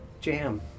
jam